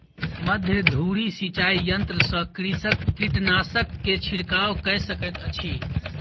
मध्य धूरी सिचाई यंत्र सॅ कृषक कीटनाशक के छिड़काव कय सकैत अछि